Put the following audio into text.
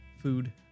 food